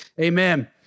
amen